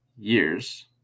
Years